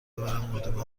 ببرم